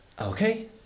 okay